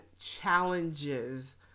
challenges